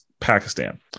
Pakistan